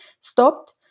stopped